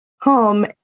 home